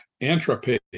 entropy